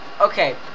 Okay